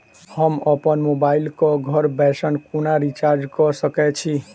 हम अप्पन मोबाइल कऽ घर बैसल कोना रिचार्ज कऽ सकय छी?